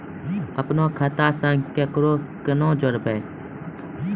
अपन खाता संग ककरो कूना जोडवै?